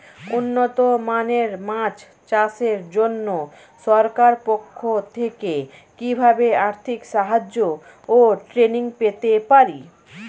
উন্নত মানের মাছ চাষের জন্য সরকার পক্ষ থেকে কিভাবে আর্থিক সাহায্য ও ট্রেনিং পেতে পারি?